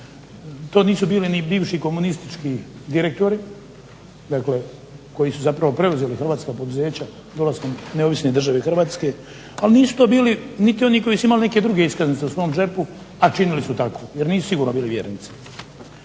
To nisu bili ni bivši komunistički direktori, dakle koji su zapravo preuzeli hrvatska poduzeća, neovisne države Hrvatske, ali nisu to bili niti oni koji su imali neke druge iskaznice u svom džepu, a činili su tako. Jer nisu sigurno bili vjernici.